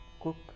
cook